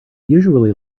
usually